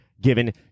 given